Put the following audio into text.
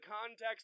context